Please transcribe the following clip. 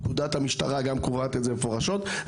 פקודת המשטרה גם קובעת את זה מפורשות,